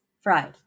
fried